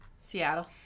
Seattle